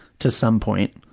to some point.